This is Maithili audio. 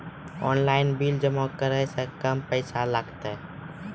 ऑनलाइन बिल जमा करै से कम पैसा लागतै?